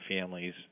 families